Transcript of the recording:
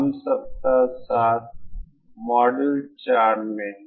हम सप्ताह 7 मॉड्यूल 4 में हैं